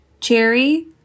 Cherry